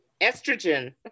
estrogen